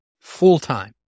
full-time